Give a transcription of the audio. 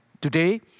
Today